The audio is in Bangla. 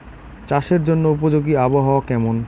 চাষের জন্য উপযোগী আবহাওয়া কেমন?